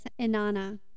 Inanna